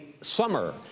summer